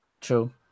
True